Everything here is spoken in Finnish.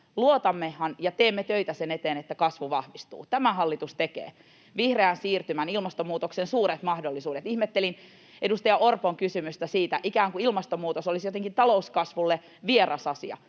luotammehan ja teemmehän me töitä sen eteen, että kasvu vahvistuu? Tämä hallitus tekee. Vihreän siirtymän, ilmastomuutoksen, suuret mahdollisuudet: Ihmettelin edustaja Orpon kysymystä siitä, ikään kuin ilmastonmuutos olisi jotenkin talouskasvulle vieras asia.